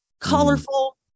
colorful